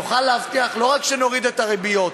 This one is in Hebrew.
נוכל להבטיח לא רק הורדה של הריביות,